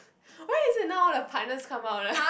why is it now all the partners come out ah